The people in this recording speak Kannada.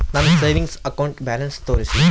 ನನ್ನ ಸೇವಿಂಗ್ಸ್ ಅಕೌಂಟ್ ಬ್ಯಾಲೆನ್ಸ್ ತೋರಿಸಿ?